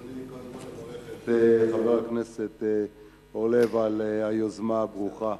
ברצוני לברך את חבר הכנסת אורלב על היוזמה הברוכה.